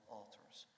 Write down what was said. altars